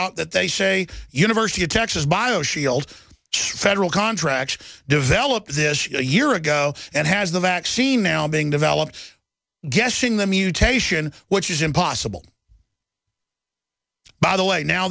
out that they say university of texas bioshield federal contract developed this year ago and has the vaccine now being developed guessing the mutation which is impossible by the way now